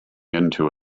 into